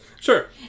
Sure